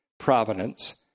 Providence